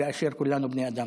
באשר כולנו בני אדם.